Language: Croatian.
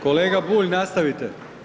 Kolega Bulj, nastavite.